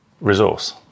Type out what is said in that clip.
resource